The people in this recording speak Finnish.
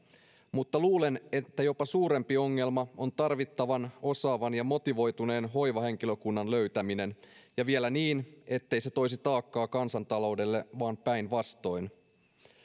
mutta luulen että jopa sitä suurempi ongelma on tarvittavan osaavan ja motivoituneen hoivahenkilökunnan löytäminen ja vielä niin ettei se toisi taakkaa kansantaloudelle vaan päinvastoin